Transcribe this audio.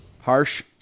Harsh